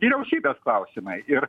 vyriausybės klausimai ir